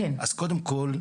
אז קודם כל,